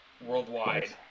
worldwide